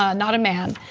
ah not a man,